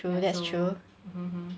ya so mm hmm hmm